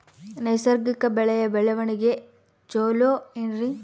ನೈಸರ್ಗಿಕ ಬೆಳೆಯ ಬೆಳವಣಿಗೆ ಚೊಲೊ ಏನ್ರಿ?